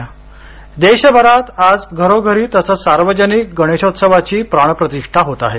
गणेशोत्सव देशभरात आज घरोघरी तसंच सार्वजनिक गणेशोत्सवाची प्राणप्रतिष्ठा होत आहे